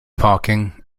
parking